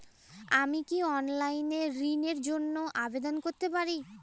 আমি কি অনলাইন এ ঋণ র জন্য আবেদন করতে পারি?